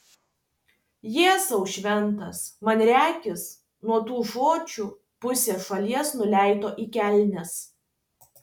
jėzau šventas man regis nuo tų žodžių pusė šalies nuleido į kelnes